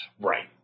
right